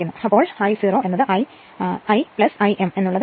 അതിനാൽ തന്നെ I 0I i I m എന്ന് ഉള്ളത് 1